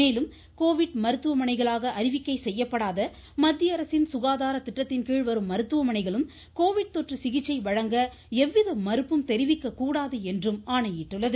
மேலும் கோவிட் மருத்துவமனைகளாக அறிவிக்கை செய்யப்படாத மத்திய அரசின் சுகாதார திட்டத்தின்கீழ் வரும் மருத்துவமனைகளும் கோவிட் தொற்று சிகிச்சை அளிக்க எவ்வித மறுப்பும் தெரிவிக்க கூடாது என்றும் ஆணையிட்டுள்ளது